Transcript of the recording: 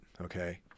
okay